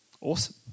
Awesome